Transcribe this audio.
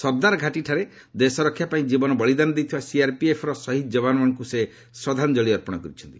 ସର୍ଦ୍ଦାର୍ ଘାଟିଠାରେ ଦେଶରକ୍ଷା ପାଇଁ ଜୀବନ ବଳିଦାନ ଦେଇଥିବା ସିଆର୍ପିଏଫ୍ର ଶହୀଦ୍ ଯବାନମାନଙ୍କୁ ସେ ଶ୍ରଦ୍ଧାଞ୍ଜଳି ଅର୍ପଣ କରିଛନ୍ତି